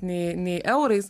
nei nei eurais